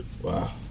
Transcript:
Wow